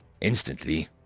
Instantly